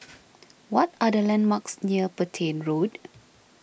what are the landmarks near Petain Road